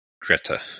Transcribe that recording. Greta